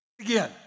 again